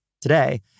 today